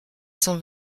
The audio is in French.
cent